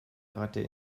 ratte